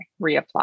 reapply